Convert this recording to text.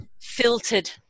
filtered